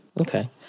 Okay